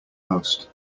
most